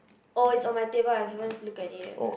oh it's on my table I haven't look at it yet